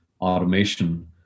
automation